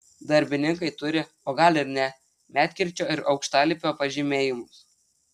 darbininkai turi o gal ir ne medkirčio ir aukštalipio pažymėjimus